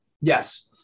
Yes